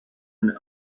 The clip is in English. and